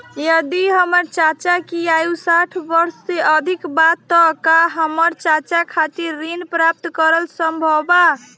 यदि हमर चाचा की आयु साठ वर्ष से अधिक बा त का हमर चाचा खातिर ऋण प्राप्त करल संभव बा